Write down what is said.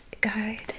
guide